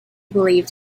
believed